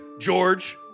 George